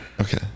okay